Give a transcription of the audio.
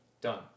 Done